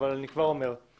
אני אומר לכם